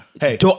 hey